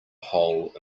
hole